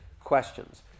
questions